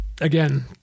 again